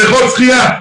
בריכות שחייה,